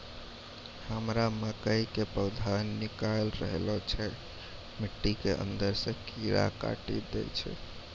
हमरा मकई के पौधा निकैल रहल छै मिट्टी के अंदरे से कीड़ा काटी दै छै?